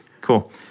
Cool